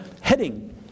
heading